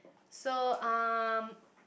so um